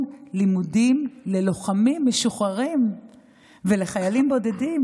לימודים ללוחמים משוחררים ולחיילים בודדים.